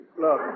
look